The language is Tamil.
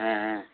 ஆஆ